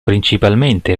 principalmente